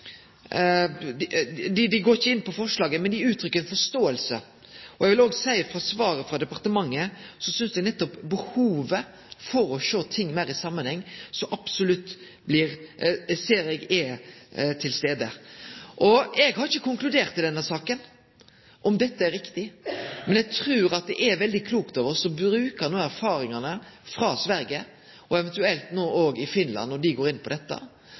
dei uttrykkjer forståing. Når det gjeld svaret frå departementet, synest eg nettopp at behovet for å sjå ting meir i samanheng så absolutt er til stades. Eg har ikkje konkludert i denne saka, om dette er riktig. Men eg trur det er veldig klokt av oss å bruke nokre av erfaringane frå Sverige og eventuelt òg frå Finland, når dei går inn på dette.